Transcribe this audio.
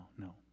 no